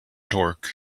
torque